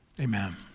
Amen